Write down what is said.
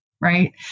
Right